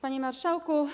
Panie Marszałku!